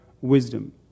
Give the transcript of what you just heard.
wisdom